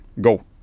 Go